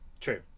True